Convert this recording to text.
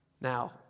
Now